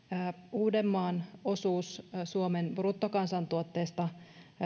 uudenmaan osuus suomen bruttokansantuotteesta